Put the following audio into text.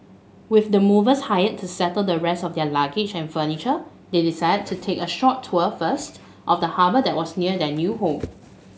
with the movers hired to settle the rest of their luggage and furniture they decided to take a short tour first of the harbour that was near their new home